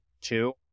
two